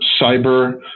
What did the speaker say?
cyber